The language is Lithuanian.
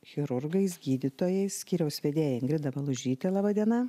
chirurgais gydytojais skyriaus vedėja ingrida valužyte laba diena